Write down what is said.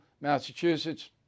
Massachusetts